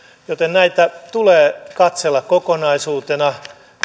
joten näitä tulee katsella kokonaisuutena